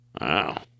Wow